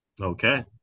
Okay